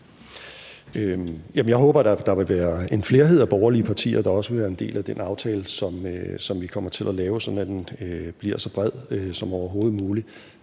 Jeg håber, at der vil være en flerhed af borgerlige partier, der også vil være en del af den aftale, som vi kommer til at lave, sådan at den bliver så bred som overhovedet muligt.